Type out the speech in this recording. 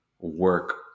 work